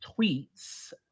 tweets